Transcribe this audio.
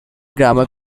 grammar